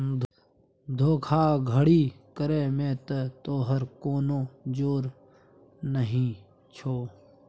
धोखाधड़ी करय मे त तोहर कोनो जोर नहि छौ